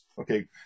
okay